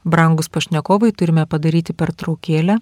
brangūs pašnekovai turime padaryti pertraukėlę